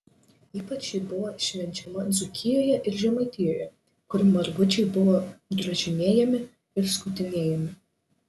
ypač ji buvo švenčiama dzūkijoje ir žemaitijoje kur margučiai buvo drožinėjami ir skutinėjami